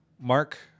Mark